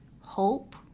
hope